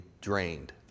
drained